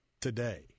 today